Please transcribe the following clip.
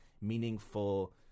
meaningful